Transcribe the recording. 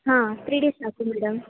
ಹಾಂ three days ಸಾಕು madam